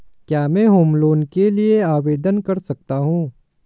क्या मैं home loan के लिए आवेदन कर सकता हूं?